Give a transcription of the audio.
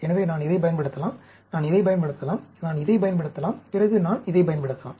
எனவே நான் இதைப் பயன்படுத்தலாம் நான் இதை பயன்படுத்தலாம் நான் இதைப் பயன்படுத்தலாம் பிறகு நான் இதைப் பயன்படுத்தலாம்